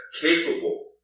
capable